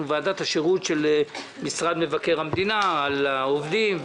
ועדת השירות של משרד מבקר המדינה - על העובדים,